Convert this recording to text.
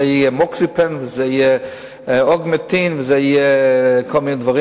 זה יהיה "מוקסיפן", "אוגמנטין" וכל מיני דברים.